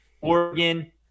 Oregon